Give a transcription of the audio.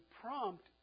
prompt